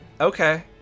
Okay